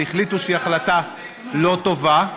והחליטו שהיא החלטה לא טובה.